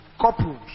couples